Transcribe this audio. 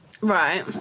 Right